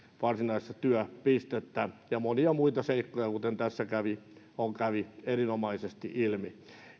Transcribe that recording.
varsinaista työpistettä ja on monia muita seikkoja kuten tässä kävi erinomaisesti ilmi